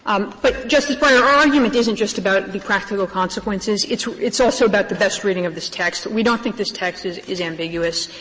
um but justice breyer, our argument isn't just about the practical consequences. it's it's also about the best reading of this text. we don't think this text is is ambiguous.